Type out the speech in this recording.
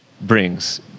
brings